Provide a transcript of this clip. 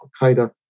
Al-Qaeda